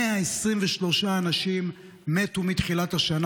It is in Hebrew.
123 אנשים מתו מתחילת השנה.